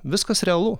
viskas realu